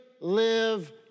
live